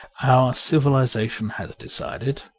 our civilization has decided,